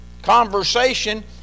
Conversation